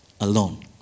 alone